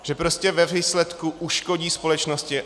Že prostě ve výsledku uškodí společnosti.